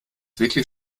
wirklich